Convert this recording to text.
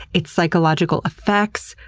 its psychological effects,